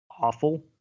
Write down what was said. awful